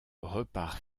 repart